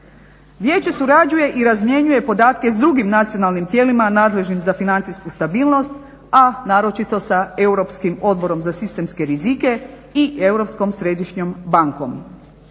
Vijeće surađuje i razmjenjuje podatke s drugim nacionalnim tijelima nadležnim za financijsku stabilnost, a naročito sa Europskim odborom za sistemske rizike i Europskom središnjom bankom.